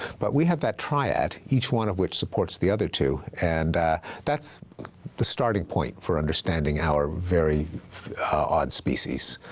but we have that triad, each one of which supports the other two, and that's the starting point for understanding our very odd species.